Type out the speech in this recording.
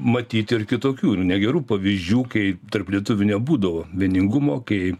matyt ir kitokių negerų pavyzdžių kai tarp lietuvių nebūdavo vieningumo kai